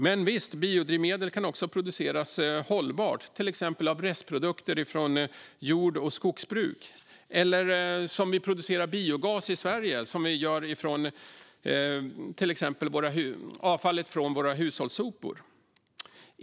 Men biodrivmedel kan också produceras hållbart, till exempel av restprodukter från jord och skogsbruk. Eller som vi producerar biogas i Sverige: från till exempel hushållsavfall.